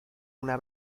una